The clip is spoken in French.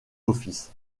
office